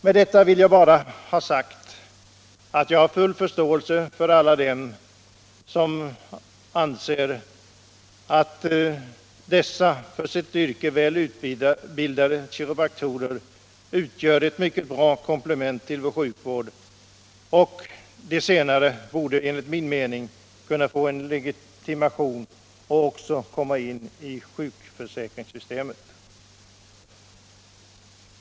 Med detta vill jag bara ha sagt att jag har full förståelse för alla dem som anser att dessa för sitt yrke väl utbildade kiropraktorer utgör ett mycket bra komplement till vår sjukvård. De borde enligt min mening kunna få legitimation och även komma in i sjukförsäkringssystemet.